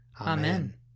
amen